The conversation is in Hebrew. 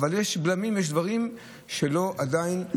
ואז נשאלת השאלה: